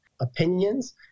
Opinions